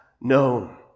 known